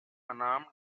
unarmed